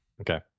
Okay